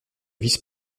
vice